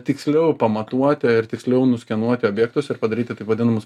tiksliau pamatuoti ir tiksliau nuskenuoti objektus ir padaryti taip vadinamus